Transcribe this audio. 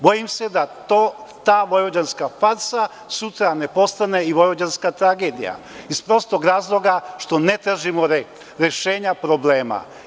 Bojim se da ta vojvođanska farsa sutra ne postane i vojvođanska tragedija iz prostog razloga što ne tražimo rešenje problema.